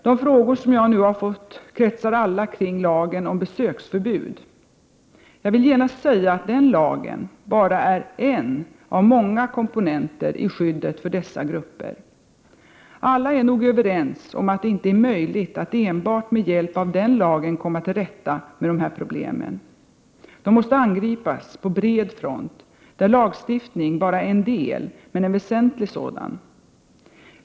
De frågor som jag nu har fått kretsar alla kring lagen om besöksförbud. Jag vill genast säga att den lagen bara är en av många komponenter i skyddet för dessa grupper. Alla är nog överens om att det inte är möjligt att enbart med hjälp av den lagen komma till rätta med de här problemen. De måste angripas på bred front, där lagstiftning bara är en del, men en väsentlig sådan.